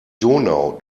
donau